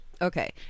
Okay